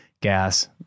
gas